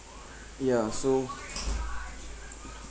ya so